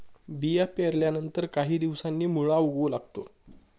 बिया पेरल्यानंतर काही दिवसांनी मुळा उगवू लागतो